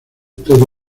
todo